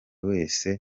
wese